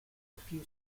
refuse